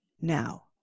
now